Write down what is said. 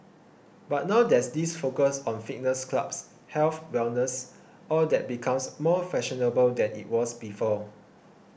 but now there's this focus on fitness clubs health wellness all that becomes more fashionable than it was before